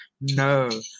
no